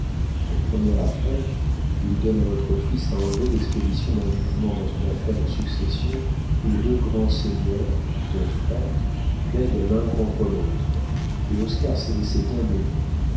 pour première affaire il donne à votre fils à enlever l'expédition d'un jugement dans une affaire de succession où deux grands seigneurs deux frères plaident l'un contre l'autre et oscar s'est laissé dindonner